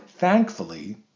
Thankfully